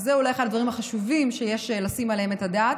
וזה אולי אחד הדברים החשובים שיש לתת עליהם את הדעת,